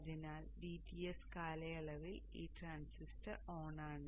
അതിനാൽ dTs കാലയളവിൽ ഈ ട്രാൻസിസ്റ്റർ ഓണാണ്